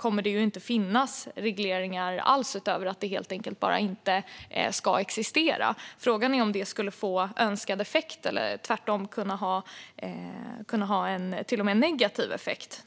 skulle det ju inte att finnas reglering alls utöver att det helt enkelt inte ska existera. Frågan är om det skulle få önskad effekt eller om det tvärtom till och med skulle kunna ha en negativ effekt.